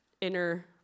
inner